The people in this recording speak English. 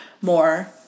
more